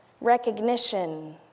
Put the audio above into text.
recognition